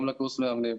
גם קורס מאמנים.